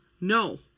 No